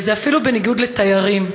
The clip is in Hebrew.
זה אפילו בניגוד לתיירים.